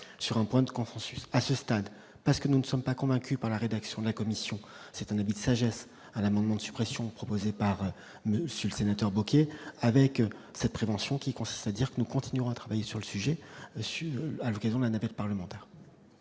sur un point de consensus à ce stade, parce que nous ne sommes pas convaincu par la rédaction de la Commission, c'est un début de sagesse à l'amendement de suppression proposée par Monsieur le Sénateur bloqué avec cette prévention qui consiste à dire que nous continuons à travailler sur le sujet à l'occasion de la navette parlementaire.